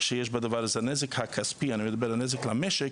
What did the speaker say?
שיש בדבר הזה, הנזק הכספי אני מדבר, על הנזק למשק,